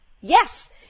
Yes